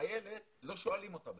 כשחיילת, לא שואלים אותה בכלל.